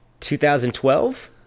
2012